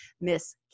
Miss